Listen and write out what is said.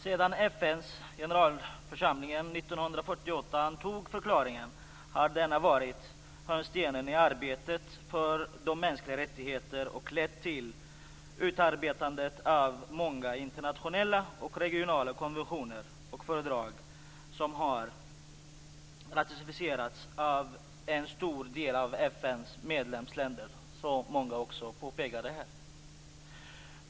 Sedan FN:s generalförsamling 1948 antog förklaringen har denna varit hörnstenen i arbetet för de mänskliga rättigheterna och lett till utarbetandet av många internationella och regionala konventioner och fördrag som har ratificerats av en stor del av FN:s medlemsländer, som många också har påpekat här.